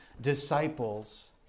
disciples